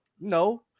no